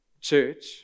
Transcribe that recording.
Church